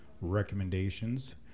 recommendations